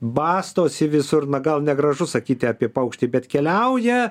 bastosi visur na gal negražu sakyti apie paukštį bet keliauja